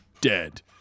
Dead